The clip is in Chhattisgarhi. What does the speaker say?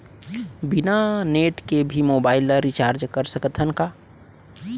बिना नेट के भी मोबाइल ले रिचार्ज कर सकत हन का?